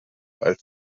als